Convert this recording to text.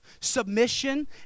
submission